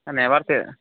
ହଁ ନେବାର୍ ଯେ